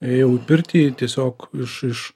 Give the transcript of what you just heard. ėjau į pirtį tiesiog iš iš